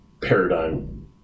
paradigm